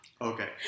Okay